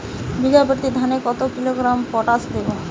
বিঘাপ্রতি ধানে কত কিলোগ্রাম পটাশ দেবো?